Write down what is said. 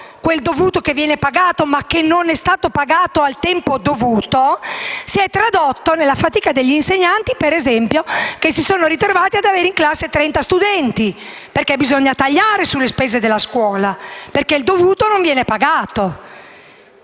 quel dovuto che viene pagato, ma che non è stato pagato a tempo debito, si è tradotto nella fatica degli insegnanti, per esempio, che si sono ritrovati ad avere in classe trenta studenti. Bisogna tagliare sulle spese della scuola perché il dovuto non viene pagato